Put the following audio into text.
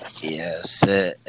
yes